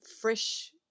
fresh